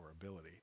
ability